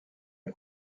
est